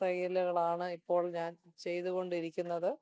തയ്യലുകളാണ് ഇപ്പോൾ ഞാൻ ചെയ്തു കൊണ്ടിരിക്കുന്നത്